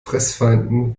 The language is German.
fressfeinden